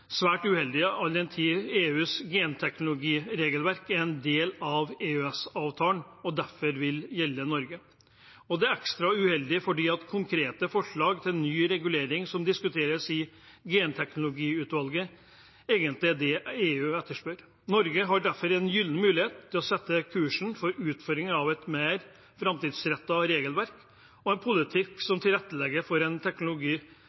svært uheldig, all den tid EUs genteknologiregelverk er en del av EØS-avtalen og derfor vil gjelde Norge. Det er også ekstra uheldig fordi konkrete forslag til ny regulering som diskuteres i genteknologiutvalget, egentlig er det EU etterspør. Norge har derfor en gyllen mulighet til å sette kursen mot utforming av et mer framtidsrettet regelverk og en politikk som tilrettelegger for en